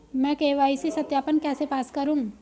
मैं के.वाई.सी सत्यापन कैसे पास करूँ?